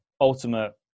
ultimate